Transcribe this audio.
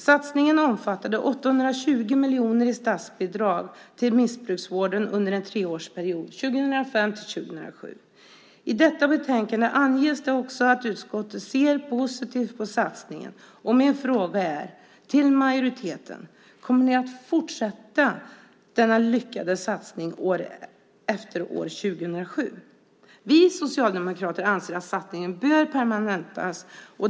Satsningen omfattade 820 miljoner i statsbidrag till missbruksvården under en treårsperiod 2005-2007. I detta betänkande anges det också att utskottet ser positivt på satsningen. Min fråga till majoriteten är: Kommer ni att fortsätta den lyckade satsningen efter år 2007? Vi socialdemokrater anser att satsningen bör permanentas.